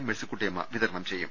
മെഴ്സിക്കുട്ടിയമ്മ വിതരണം ചെയ്യും